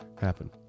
happen